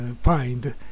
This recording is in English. find